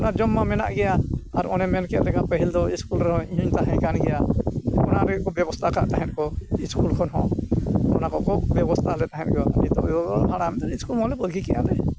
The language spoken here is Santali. ᱚᱱᱟ ᱡᱚᱢ ᱢᱟ ᱢᱮᱱᱟᱜ ᱜᱮᱭᱟ ᱟᱨ ᱚᱱᱮ ᱢᱮᱱ ᱠᱮᱫ ᱞᱮᱠᱟ ᱯᱟᱦᱤᱞ ᱫᱚ ᱨᱮᱦᱚᱸ ᱤᱧᱦᱚᱧ ᱛᱟᱦᱮᱸᱭ ᱟᱠᱟᱱ ᱜᱮᱭᱟ ᱚᱱᱟ ᱨᱮᱜᱮ ᱠᱚ ᱵᱮᱵᱚᱥᱛᱷᱟ ᱟᱠᱟᱜ ᱛᱟᱦᱮᱸᱫ ᱠᱚ ᱠᱷᱚᱱ ᱦᱚᱸ ᱚᱱᱟ ᱠᱚᱠᱚ ᱵᱮᱵᱚᱥᱛᱷᱟ ᱟᱞᱮ ᱛᱟᱦᱮᱸ ᱠᱚ ᱱᱤᱛᱳᱜ ᱜᱮᱠᱚ ᱦᱟᱲᱟᱢ ᱤᱫᱤᱭᱮᱱ ᱢᱟᱞᱮ ᱵᱟᱹᱜᱤ ᱠᱮᱫᱼᱟ